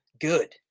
good